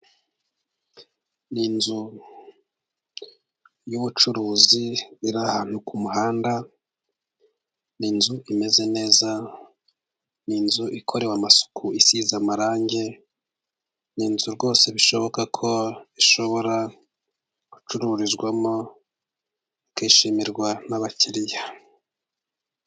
Ni inzu y'ubucuruzi iri ahantu ku muhanda, ni inzu imeze neza, ni inzu ikorewe amasuku isize amarange, ni inzu rwose bishoboka ko ishobora gucururizwamo ikishimirwa n'abakiriya.